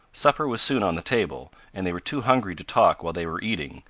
supper was soon on the table, and they were too hungry to talk while they were eating,